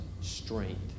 strength